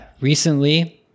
recently